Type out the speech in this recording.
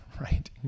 right